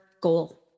goal